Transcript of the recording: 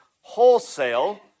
wholesale